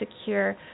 secure